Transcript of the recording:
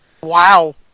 Wow